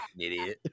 idiot